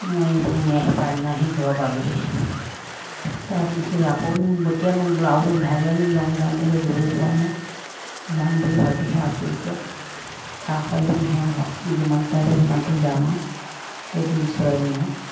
নোৱাৰি পিনাইনি আহি পাছদিনাখনি ঘৰ পালোঁহি তাৰপিছত আকৌ বতিয়ানি ব্লাও ইভাগে আমি লং জাৰ্ণিলৈকে গৈয়ে পোৱা নাই যাম বুলি ভাবিহে আছোঁ এতিয়া খা খৰালিমহীয়া আহক যিমান পাৰোঁ সিমানটো যাম আৰু যদি ঈশ্বৰে নিয়াই